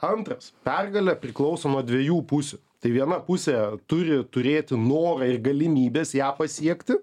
antras pergalė priklauso nuo dviejų pusių tai viena pusė turi turėti norą ir galimybes ją pasiekti